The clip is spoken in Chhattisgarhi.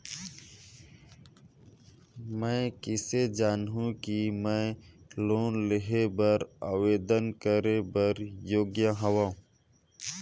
मैं किसे जानहूं कि मैं लोन लेहे बर आवेदन करे बर योग्य हंव?